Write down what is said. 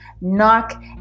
Knock